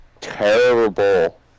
terrible